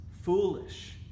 foolish